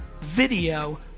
video